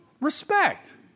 Respect